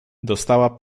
dostała